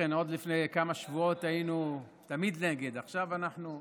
עד לפני כמה שבועות היינו תמיד נגד, עכשיו אנחנו,